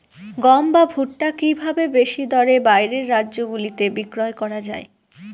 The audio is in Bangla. গম বা ভুট্ট কি ভাবে বেশি দরে বাইরের রাজ্যগুলিতে বিক্রয় করা য়ায়?